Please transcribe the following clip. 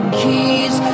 keys